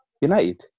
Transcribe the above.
United